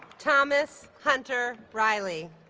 thomas hunter riley